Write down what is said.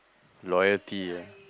loyalty ah